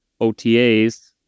OTAs